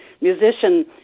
musician